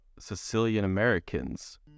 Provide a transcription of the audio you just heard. Sicilian-Americans